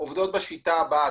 עובדות בשיטה הבאה,